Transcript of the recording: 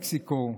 מקסיקו,